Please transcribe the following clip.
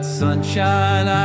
sunshine